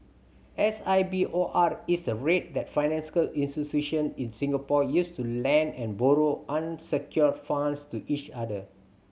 S I B O R is the rate that institution in Singapore use to lend and borrow unsecured funds to each other